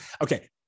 okay